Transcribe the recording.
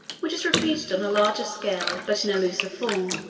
which is repeated on a larger scale, but in a looser form,